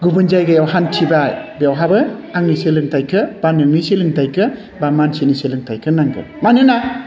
गुबुन जायगायाव हान्थिबाय बेवहाबो आंनि सोलोंथाइखौ बा नोंनि सोलोंथाइखौ बा मानसिनि सोलोंथाइखौ नांगौ मानोना